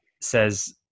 says